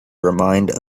remind